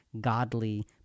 godly